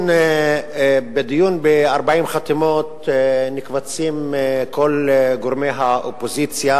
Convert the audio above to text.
בדיון ב-40 חתימות נקבצים כל גורמי האופוזיציה,